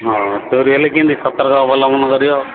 ହଁ ଚୋରି ହେଲେ କେମିତି ସତର୍କ ଅବଲମ୍ବନ କରିବ